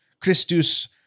Christus